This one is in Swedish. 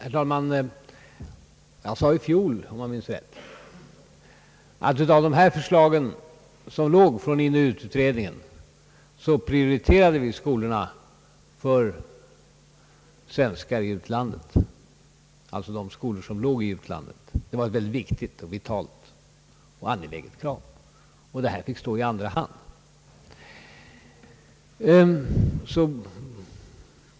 Herr talman! Jag sade i fjol — om jag minns rätt — att vad beträffar de förslag som förelåg från den här utredningen så prioriterade vi dem som avsåg skolorna som är belägna i utlandet, ty det ansåg vi vara viktigt och vitalt, medan de andra skolorna fick komma i andra hand.